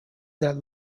that